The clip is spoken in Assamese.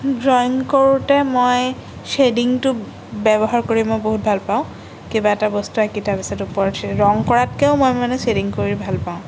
ড্ৰয়িং কৰোঁতে মই শ্বেডিংটো ব্যৱহাৰ কৰি মই বহুত ভাল পাওঁ কিবা এটা বস্তু আঁকি তাৰপিছত ওপৰত শ্ৱেড ৰং কৰাতকৈও মানে মই শ্বেডিং কৰি ভাল পাওঁ